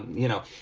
you know,